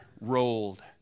rolled